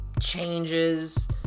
changes